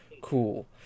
cool